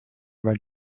red